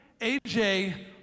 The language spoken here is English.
AJ